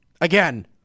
again